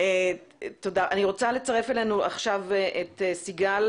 אני רוצה לצרף אלינו עכשיו את סיגל